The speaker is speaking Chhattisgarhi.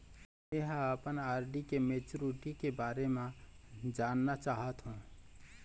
में ह अपन आर.डी के मैच्युरिटी के बारे में जानना चाहथों